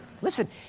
Listen